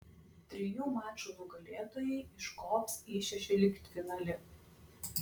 trijų mačų nugalėtojai iškops į šešioliktfinalį